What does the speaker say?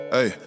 Hey